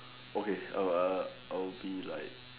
okay err I'll be like